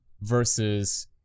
versus